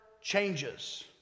changes